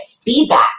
feedback